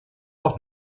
auch